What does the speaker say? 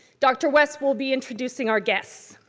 dr. west will be introducing our guests.